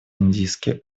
индийский